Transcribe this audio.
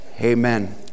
Amen